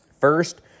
First